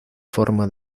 forma